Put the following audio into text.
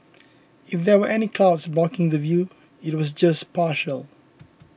if there were any clouds blocking the view it was just partial